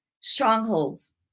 strongholds